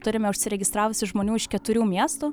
turime užsiregistravusių žmonių iš keturių miestų